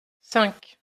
cinq